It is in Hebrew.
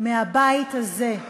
מהבית הזה,